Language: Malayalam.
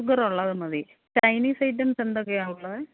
ഷുഗർ ഉള്ളത് മതി ചൈനീസ് ഐറ്റംസ് എന്തൊക്കെയാ ഉള്ളത്